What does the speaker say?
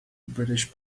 british